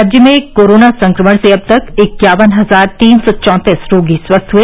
राज्य में कोरोना संक्रमण से अब तक इक्यावन हजार तीन सौ चौंतीस रोगी स्वस्थ हुए